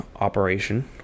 operation